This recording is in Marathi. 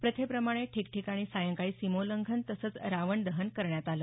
प्रथेप्रमाणे ठिकठिकाणी सायंकाळी सीमोल्लंघन तसंच रावण दहन करण्यात आलं